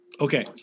Okay